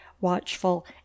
watchful